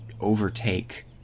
overtake